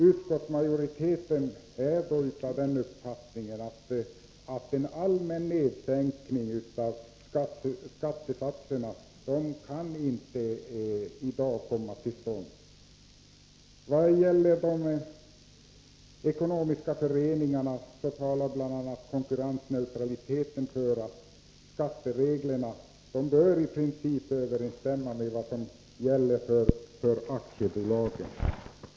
Utskottsmajoriteten har den uppfattningen att en allmän sänkning av skattesatserna i dag inte kan komma till stånd. Vad gäller de ekonomiska föreningarna talar bl.a. konkurrensneutraliteten för att skattereglerna i princip bör överensstämma med vad som gäller för aktiebolagen.